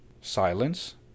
silence